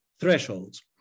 thresholds